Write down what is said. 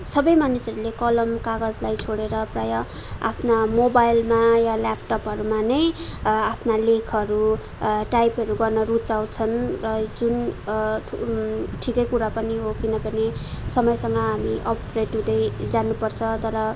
सबै मानिसहरूले कलम कागजलाई छोडेर प्रायः आफ्ना मोबाइलमा या ल्यापटपहरूमा नै आफ्ना लेखहरू टाइपहरू गर्न रूचाउँछन् र जुन ठिकै कुरा पनि हो किनभने समयसँग हामी अपग्रेड हुँदै जानु पर्छ तर